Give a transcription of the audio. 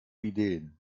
ideen